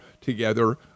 together